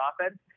offense